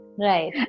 Right